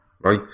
right